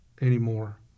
anymore